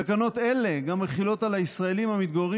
תקנות אלה גם מחילות על הישראלים המתגוררים